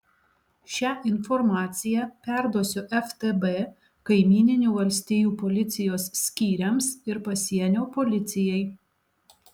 šią informaciją perduosiu ftb kaimyninių valstijų policijos skyriams ir pasienio policijai